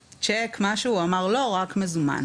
צ'ק, משהו הוא אמר, לא, רק מזומן.